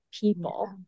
people